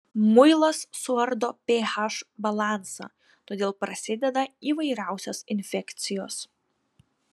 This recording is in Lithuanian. muilas suardo ph balansą todėl prasideda įvairiausios infekcijos